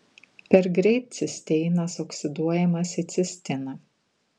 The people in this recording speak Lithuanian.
per greit cisteinas oksiduojamas į cistiną